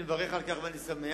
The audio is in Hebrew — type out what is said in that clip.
אני מברך על כך ואני שמח.